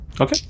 Okay